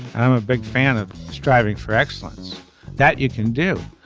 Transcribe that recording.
i'm a big fan of striving for excellence that you can do.